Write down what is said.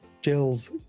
Jill's